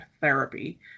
therapy